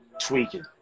tweaking